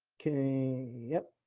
can. yep.